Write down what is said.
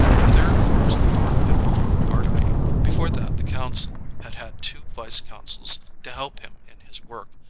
for thirty years the port had lain ardying. be fore that the consul had had two vice-consuls to help him in his work,